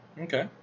Okay